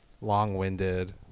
long-winded